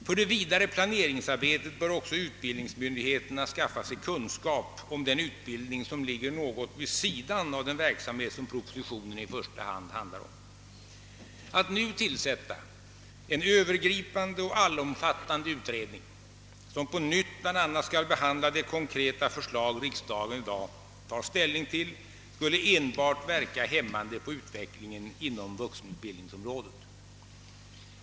För det vidare planeringsarbetet bör också utbildningsmyndigheterna skaffa sig kunskap om den utbildning som ligger något vid sidan av den verksamhet som propositionen i första hand handlar om. Att nu tillsätta en övergripande och allomfattande utredning, som på nytt bl.a. skall behandla de konkreta förslag riksdagen i dag tar ställning till, skulle verka hämmande på utvecklingen inom vuxenutbildningsområdet.